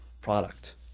product